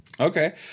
Okay